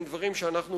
הם דברים שאנחנו